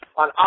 on